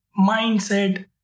mindset